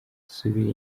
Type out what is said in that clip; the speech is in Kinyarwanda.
subira